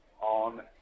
on